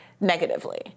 negatively